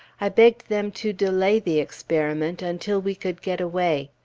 i begged them to delay the experiment until we could get away.